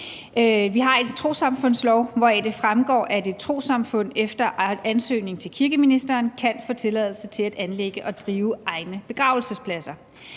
Vi har en trossamfundslov, hvoraf det fremgår, at et trossamfund efter ansøgning til kirkeministeren kan få tilladelse til at anlægge og drive egne begravelsespladser.